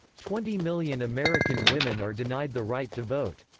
twenty million american women are denied the right to vote.